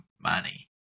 money